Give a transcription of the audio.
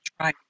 try